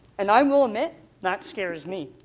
and i will admit that scares me.